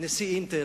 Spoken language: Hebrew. נשיא "אינטל",